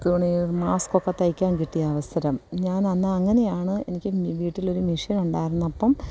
തുണി മാസ്ക് ഒക്കെ തയ്ക്കാൻ കിട്ടിയ അവസരം ഞാൻ അന്ന് അങ്ങനെയാണ് എനിക്ക് വീ വീട്ടിൽ ഒരു മഷീൻ ഉണ്ടായിരുന്നപ്പം